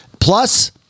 Plus